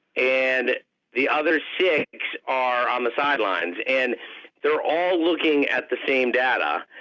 and the other six are on the sidelines. and they're all looking at the same data.